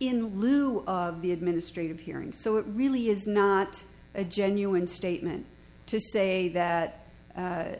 in lieu of the administrative hearing so it really is not a genuine statement to say that